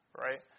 right